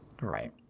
right